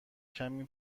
کمی